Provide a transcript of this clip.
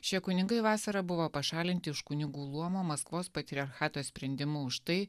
šie kunigai vasarą buvo pašalinti iš kunigų luomo maskvos patriarchato sprendimu už tai